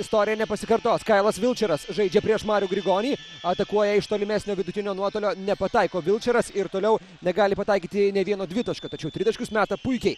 istorija nepasikartos kailas vilčeras žaidžia prieš marių grigonį atakuoja iš tolimesnio vidutinio nuotolio nepataiko vilčeras ir toliau negali pataikyti nė vieno dvitaškio tačiau tritaškius meta puikiai